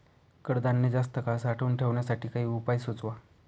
कडधान्य जास्त काळ साठवून ठेवण्यासाठी काही उपाय सुचवा?